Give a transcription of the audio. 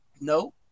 No